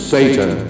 Satan